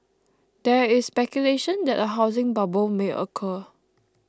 there is speculation that a housing bubble may occur